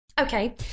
okay